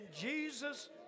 Jesus